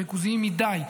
שהם ריכוזיים מדי,